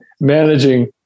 managing